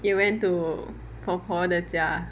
you went to 婆婆的家 ah